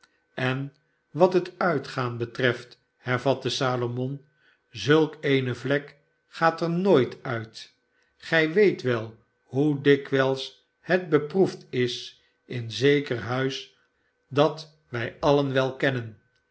en wat het uiteaan betreft hervatte salomon zulk eene vlek gaat er nooit uit gij weet wel hoe dikwijls het beproefd is in zeker huis dat wij alien wel kennen